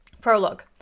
prologue